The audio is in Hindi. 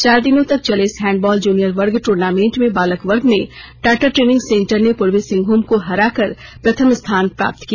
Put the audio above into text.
चार दिनों तक चले इस हैंडबॉल जूनियर वर्ग ट्र्नामेंट में बालक वर्ग में टाटा ट्रेनिंग सेंटर ने पूर्वी सिंहभूम को हराकर प्रथम स्थान प्राप्त किया